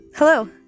Hello